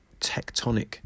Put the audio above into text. tectonic